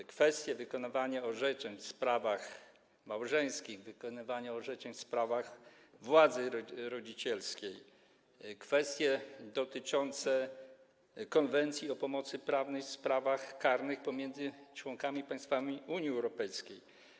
To kwestie wykonywania orzeczeń w sprawach małżeńskich, wykonywania orzeczeń w sprawach władzy rodzicielskiej, kwestie dotyczące Konwencji o pomocy prawnej w sprawach karnych pomiędzy państwami członkowskimi Unii Europejskiej.